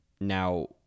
Now